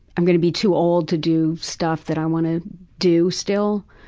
i'm going to be too old to do stuff that i want to do still.